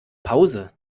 pause